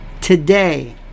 today